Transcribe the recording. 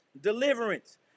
deliverance